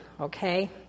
okay